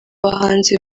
bahanzi